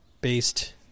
based